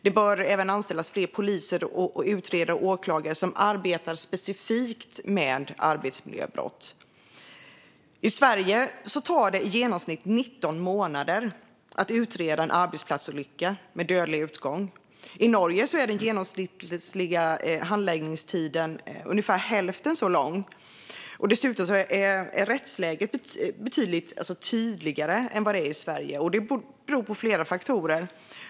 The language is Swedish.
Det bör även anställas fler poliser, utredare och åklagare som arbetar specifikt med arbetsmiljöbrott. I Sverige tar det i genomsnitt 19 månader att utreda en arbetsplatsolycka med dödlig utgång. I Norge är den genomsnittliga handläggningstiden ungefär hälften så lång, och dessutom är rättsläget betydligt tydligare än i Sverige. Det beror på flera faktorer.